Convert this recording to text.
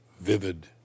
vivid